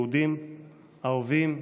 יהודים, ערבים,